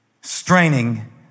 straining